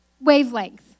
wavelength